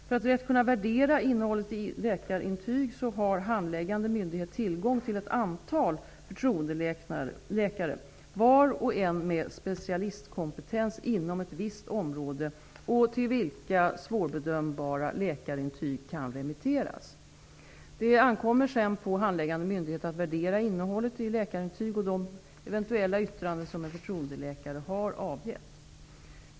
För att rätt kunna värdera innehållet i läkarintyg har handläggande myndighet tillgång till ett antal förtroendeläkare, var och en med specialistkompetens inom ett visst område och till vilka svårbedömbara läkarintyg kan remitteras. Det ankommer sedan på handläggande myndighet att värdera innehållet i läkarintyg och de eventuella yttranden som en förtroendeläkare har avgett.